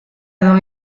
edo